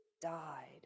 died